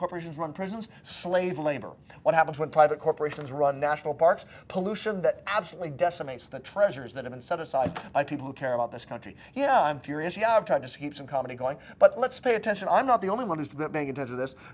corporations run prisons slave labor what happens when private corporations run national parks pollution that absolutely decimated the treasures that i'm set aside by people who care about this country yeah i'm furious you have tried to keep some comedy going but let's pay attention i'm not the only one who's going to